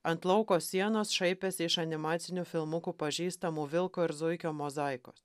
ant lauko sienos šaipėsi iš animacinių filmukų pažįstamų vilko ir zuikio mozaikos